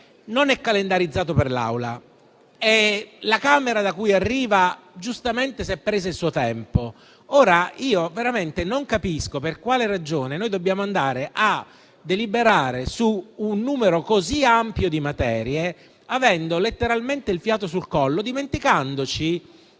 calendarizzato per l'Aula; la Camera da cui esso arriva si è giustamente presa il suo tempo. Veramente non capisco per quale ragione dobbiamo andare a deliberare su un numero così ampio di materie, avendo letteralmente il fiato sul collo e dimenticandoci